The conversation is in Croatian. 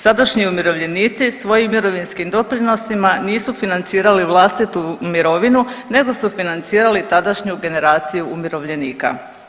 Sadašnji umirovljenici svojim mirovinskim doprinosima nisu financirali vlastitu mirovinu nego su financirali tadašnju generaciju umirovljenika.